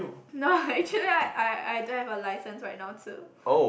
no ah actually I I I don't have a license right now too